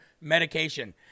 medication